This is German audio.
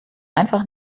einfach